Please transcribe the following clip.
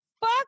Fuck